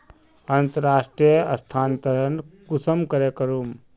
अंतर्राष्टीय स्थानंतरण कुंसम करे करूम?